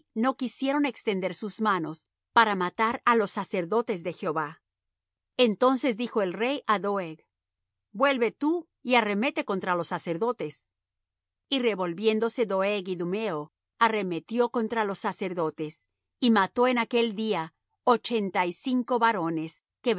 no quisieron extender sus manos para matar á los sacerdotes de jehová entonces dijo el rey á doeg vuelve tú y arremete contra los sacerdotes y revolviéndose doeg idumeo arremetió contra los sacerdotes y mató en aquel día ochenta y cinco varones que